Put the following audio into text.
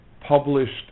published